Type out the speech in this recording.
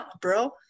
bro